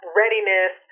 readiness